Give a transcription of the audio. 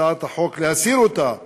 הצעת החוק, להסיר אותה מסדר-היום,